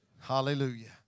hallelujah